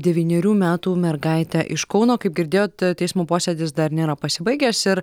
devynerių metų mergaitę iš kauno kaip girdėjot teismo posėdis dar nėra pasibaigęs ir